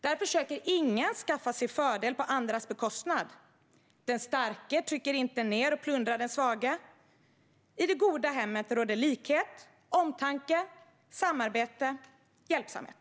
Där försöker ingen skaffa sig fördel på andras bekostnad, den starke trycker icke ner och plundrar den svage. I det goda hemmet råder likhet, omtanke, samarbete, hjälpsamhet."